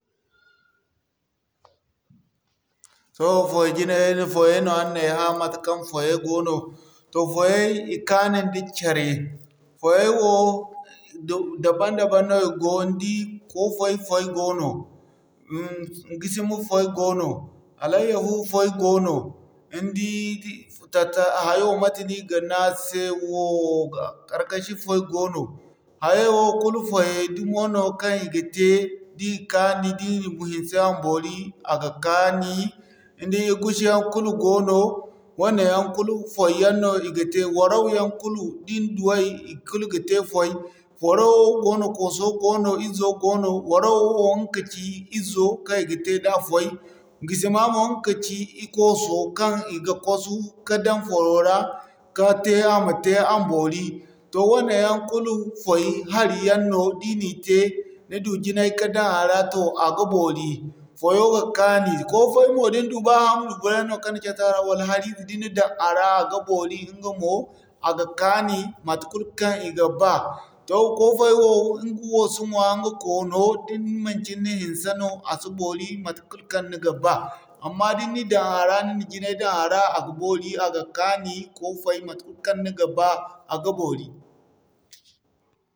Sohõ foy jinayay foyay no araŋ na ay hã matekaŋ foyay goono. Toh foyay i kaani nda care, foyay wo, dabam-dabam no i go ni di koofay foy goono, gisima foy goono, alayya fu foy goono, ni di tatta ayay mate no i ga ne a se wo, karkashi foy goono. Hayay wo kulu foyay dumay no kaŋ i ga te di ka ni di hinse a ma boori a ga kaani. Ni di Egusi yaŋ kulu goono, wane yaŋ kulu foy yaŋ no i ga te, waraw yaŋ kulu din du way ikulu ga te foy, warawo goono, koso goono izo goono, warawo wo ɲga kaci izo kaŋ i ga te da foy, gisima mo ɲga kaci kooso kaŋ, i ga kwasu, ka daŋ foyo ra, ka te a ma te a ma boori. Toh wane yaŋ kulu foy hari yaŋ no di ni te ni du jinay ka daŋ a ra toh a ga boori. Foyo ga kaani, koo foy mo din du ba ham gude yaŋ no kan catu a ra wala harize, dinna daŋ a ra a ga boori ɲga mo a ga kaani, matekaŋ kulu kaŋ i ga ba. Toh koo foy mo ɲga wo si ɲwa, ɲga koono da manci ni na hanse no a si boori mate kul kaŋ ni ga ba. Amma da ni na daŋ a ra ni na jinay daŋ a ra a ga boori a ga kaani, koo foy mate kul kaŋ ni ga ba a ga boori.